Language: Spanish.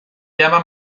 llama